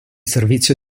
servizio